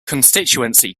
constituency